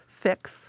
fix